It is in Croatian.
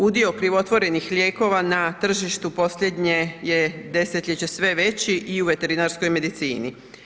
Udio krivotvorenih lijekova na tržištu posljednje je desetljeće sve veći i u veterinarskoj medicini.